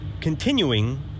continuing